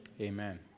Amen